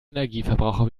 energieverbraucher